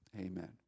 Amen